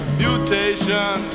mutation